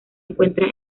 encuentra